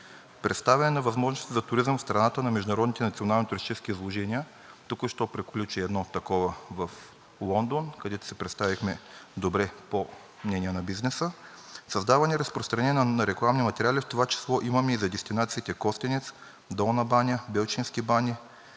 Представяне на възможности за туризъм в страната на международните и национални туристически изложения – току-що приключи едно такова в Лондон, където се представихме добре, по мнение на бизнеса. Създаване и разпространение на рекламни материали в това число имаме и за дестинациите Костенец, Долна баня, Белчински бани,